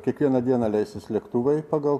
kiekvieną dieną leisis lėktuvai pagal